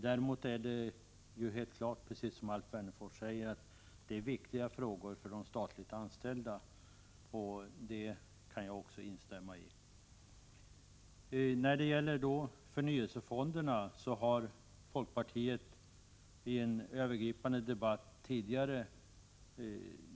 Däremot gäller det, som Alf Wennerfors sade, viktiga frågor för de statligt anställda — det kan jag instämma i. Förnyelsefonderna har folkpartiet diskuterat i en övergripande debatt tidigare.